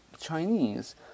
Chinese